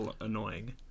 annoying